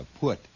put